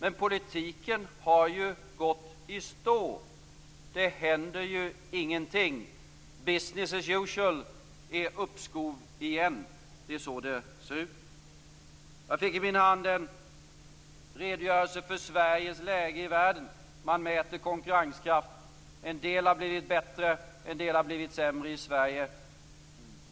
Men politiken har ju gått i stå. Det händer ju ingenting. Business as usual är uppskov igen. Det är så det ser ut. Jag fick i min hand en redogörelse för Sveriges läge i världen, där man mäter konkurrenskraft. En del har blivit bättre, och en del har blivit sämre i Sverige.